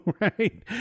right